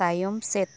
ᱛᱟᱭᱚᱢ ᱥᱮᱫ